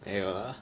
没有 lah